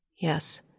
Yes